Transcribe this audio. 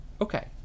okay